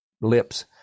lips